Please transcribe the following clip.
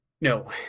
No